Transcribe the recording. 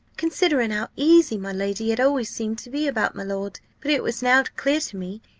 considering how easy my lady had always seemed to be about my lord but it was now clear to me,